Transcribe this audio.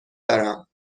دارم